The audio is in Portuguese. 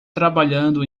trabalhando